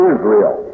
Israel